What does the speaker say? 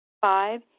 Five